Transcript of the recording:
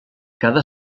cada